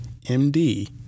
MD